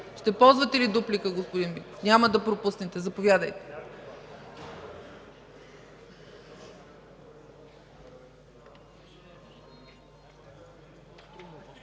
Ще ползвате ли дуплика, господин Миков? Няма да пропуснете –заповядайте.